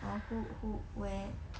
oh who who where